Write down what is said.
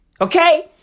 Okay